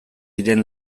diren